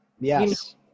Yes